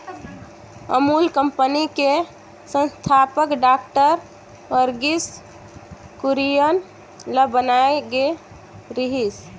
Amul company के संस्थापक doctor Verghese Kurien ल बनाए गे रिहिस